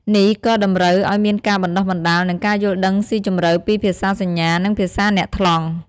នេះក៏តម្រូវឱ្យមានការបណ្តុះបណ្តាល និងការយល់ដឹងស៊ីជម្រៅពីភាសាសញ្ញា និងភាសាអ្នកថ្លង់ ។